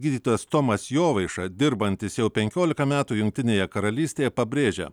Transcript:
gydytojas tomas jovaiša dirbantis jau penkiolika metų jungtinėje karalystėje pabrėžia